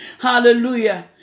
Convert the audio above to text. Hallelujah